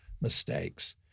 mistakes